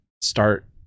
start